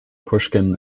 pushkin